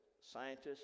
scientists